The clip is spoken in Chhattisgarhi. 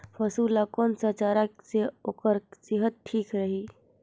पशु ला कोन स चारा से ओकर सेहत ठीक रही?